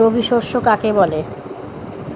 রবি শস্য কাকে বলে?